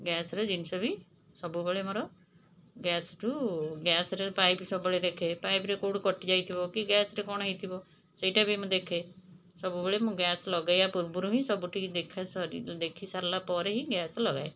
ଗ୍ୟାସ୍ର ଜିନିଷ ବି ସବୁବେଳେ ମୋର ଗ୍ୟାସ୍ରୁ ଗ୍ୟାସ୍ରେ ପାଇପ୍ ସବୁବେଳେ ଦେଖେ ପାଇପ୍ରେ କେଉଁଠୁ କଟି ଯାଇଥିବ କି ଗ୍ୟାସ୍ରେ କ'ଣ ହେଇଥିବ ସେଇଟା ବି ମୁଁ ଦେଖେ ସବୁବେଳେ ମୁଁ ଗ୍ୟାସ୍ ଲଗେଇବା ପୁର୍ବରୁ ହିଁ ମୁଁ ସବୁଠିକି ଦେଖା ସରି ଦେଖି ସାରିଲାପରେ ହିଁ ଗ୍ୟାସ୍ ଲଗାଏ